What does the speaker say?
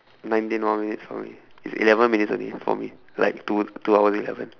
nineteen more minutes only it's eleven minutes only for me like two two hours eleven